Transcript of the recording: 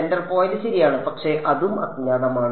centre point ശരിയാണ് പക്ഷേ അതും അജ്ഞാതമാണ്